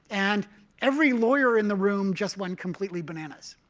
and every lawyer in the room just went completely bananas,